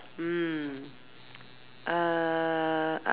mm err